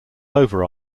over